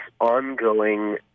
ongoing